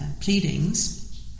pleadings